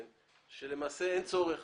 שלמעשה אין צורך